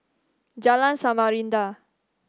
Jalan Samarinda